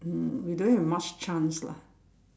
um we don't have much chance lah